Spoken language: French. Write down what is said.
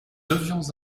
devions